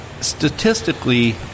statistically